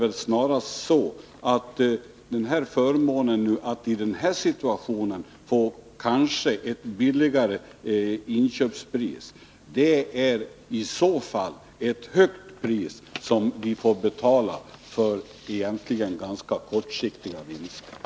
Jag bedömer väl den här situationen så, att när man nu erbjöds ett lägre inköpspris, är det ändå på lång sikt ett ganska högt pris som man får betala, när beställningar av det här slaget går svenska företag ur händerna.